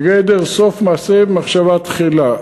בגדר "סוף מעשה במחשבה תחילה".